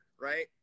Right